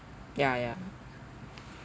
ya ya